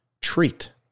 treat